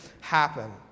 happen